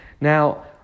Now